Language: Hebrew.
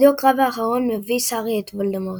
בדו־קרב האחרון מביס הארי את וולדמורט.